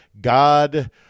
God